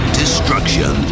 destruction